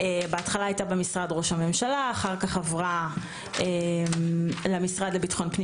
בהתחלה היא הייתה במשרד ראש הממשלה ואחר כך עברה למשרד לביטחון פנים